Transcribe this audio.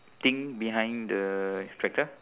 thing behind the tractor